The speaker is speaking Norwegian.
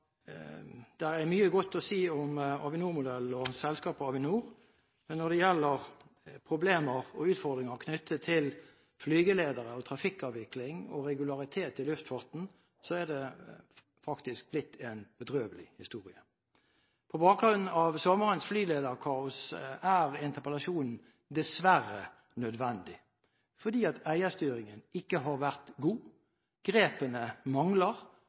Avinor, men når det gjelder problemer og utfordringer knyttet til flygeledere, trafikkavvikling og regularitet i luftfarten, er det faktisk blitt en bedrøvelig historie. På bakgrunn av sommerens flygelederkaos er interpellasjonen dessverre nødvendig, fordi eierstyringen ikke har vært god, grepene mangler